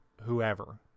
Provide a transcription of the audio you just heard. Whoever